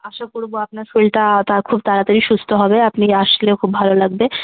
আশা করবো আপনার শরীরটা তা খুব তাড়াতাড়ি সুস্থ হবে আপনি আসলেও খুব ভালো লাগবে